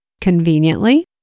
Conveniently